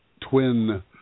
twin